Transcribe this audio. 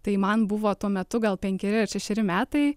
tai man buvo tuo metu gal penkeri ar šešeri metai